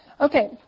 Okay